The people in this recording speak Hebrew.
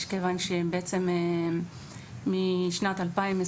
כיוון שמשנת 2020